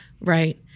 Right